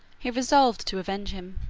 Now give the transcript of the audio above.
he resolved to revenge him.